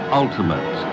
ultimate